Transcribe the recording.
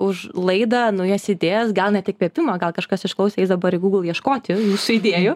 už laidą naujas idėjas gal net įkvėpimą gal kažkas išklausęs eis dabar į google ieškoti jūsų idėjų